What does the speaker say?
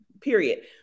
period